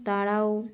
তারাও